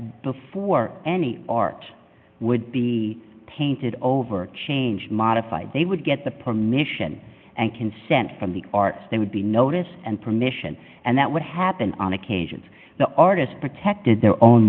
before any art would be painted over change modify they would get the permission and consent from the arts they would be notice and permission and that would happen on occasions the artists protected their own